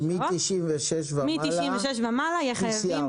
ומ-96 ומעלה PCR. מ-96 ומעלה יהיה חייבים